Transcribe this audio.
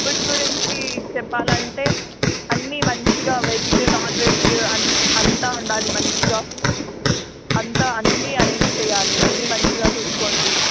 food గురించి చెప్పాలంటే అన్నీ మంచిగా వెజ్ నాన్ వెజ్ అం అంతా ఉండాలి మంచిగా అంతా అన్నీ అరేంజ్ చేయాలి అన్నీ మంచిగా చూసుకోండి